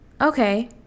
okay